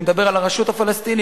ואני מדבר על הרשות הפלסטינית,